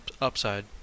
upside